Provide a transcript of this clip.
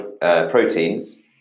proteins